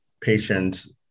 patients